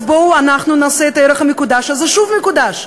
אז בואו נעשה את הערך המקודש הזה שוב מקודש.